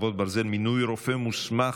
חרבות ברזל) (מינוי רופא מוסמך),